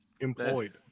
Employed